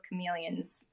chameleons